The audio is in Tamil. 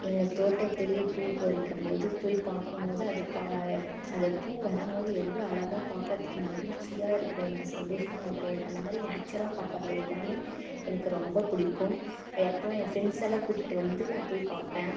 எங்கள் தோட்டத்தில் பூப்பறிக்கும் போது போய் பார்க்கம் போது அது பா அந்த பூ வரும் போது எவ்வளோ அழகாக பார்க்கறதுக்கு மகிழ்ச்சியா இருக்கும் எனக்கு சந்தோஷமா இருக்கும் எனக்கு அந்த மாதிரி நேச்சரா பார்க்கறது எல்லாமே எனக்கு ரொம்ப பிடிக்கும் அதுக்கப்புறம் என் ஃப்ரெண்ட்ஸெல்லாம் கூட்டிகிட்டு வந்து நான் போய் பார்ப்பேன்